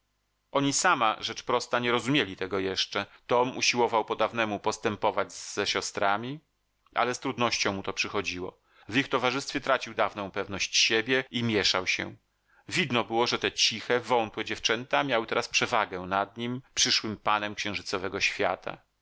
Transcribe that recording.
oni sami rzecz prosta nie rozumieli tego jeszcze tom usiłował po dawnemu postępować ze siostrami ale z trudnością mu to przychodziło w ich towarzystwie tracił dawną pewność siebie i mieszał się widno było że te ciche wątłe dziewczęta miały teraz przewagę nad nim przyszłym panem księżycowego świata